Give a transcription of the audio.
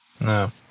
No